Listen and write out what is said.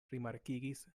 rimarkigis